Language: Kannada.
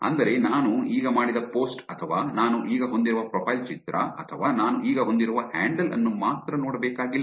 ಅಂದರೆ ನಾನು ಈಗ ಮಾಡಿದ ಪೋಸ್ಟ್ ಅಥವಾ ನಾನು ಈಗ ಹೊಂದಿರುವ ಪ್ರೊಫೈಲ್ ಚಿತ್ರ ಅಥವಾ ನಾನು ಈಗ ಹೊಂದಿರುವ ಹ್ಯಾಂಡಲ್ ಅನ್ನು ಮಾತ್ರ ನೋಡಬೇಕಾಗಿಲ್ಲ